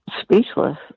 speechless